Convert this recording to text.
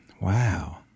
Wow